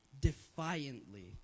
defiantly